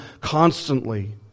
constantly